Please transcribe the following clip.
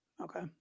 Okay